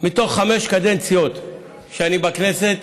מתוך חמש קדנציות שאני בכנסת,